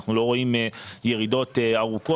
ואנחנו לא רואים ירידות ארוכות,